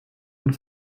man